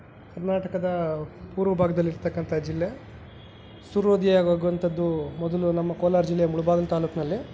ಕರ್ನಾಟಕದ ಪೂರ್ವ ಭಾಗ್ದಲ್ಲಿ ಇರತಕ್ಕಂಥ ಜಿಲ್ಲೆ ಸೂರ್ಯೋದಯ ಆಗೋವಂಥದ್ದು ಮೊದಲು ನಮ್ಮ ಕೋಲಾರ ಜಿಲ್ಲೆ ಮೂಳ್ಬಾಗ್ಲು ತಾಲೂಕಿನಲ್ಲೇ